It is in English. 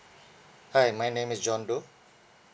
hi my name is john doe